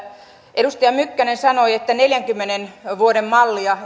edustaja mykkänen sanoi että neljänkymmenen vuoden mallia